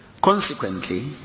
Consequently